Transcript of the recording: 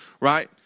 right